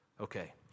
Okay